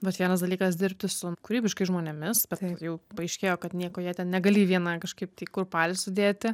vat vienas dalykas dirbti su kūrybiškais žmonėmis bet jau paaiškėjo kad nieko jie ten negali į vieną kažkaip tai kurpalį sudėti